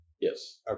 Yes